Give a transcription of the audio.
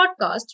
podcast